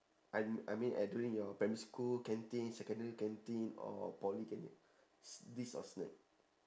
I me~ I mean uh during your primary school canteen secondary canteen or poly canteen s~ list of snack